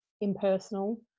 impersonal